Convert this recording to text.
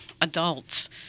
adults